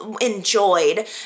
enjoyed